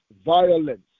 violence